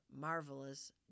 marvelous